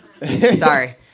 Sorry